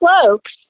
cloaks